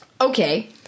Okay